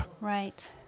Right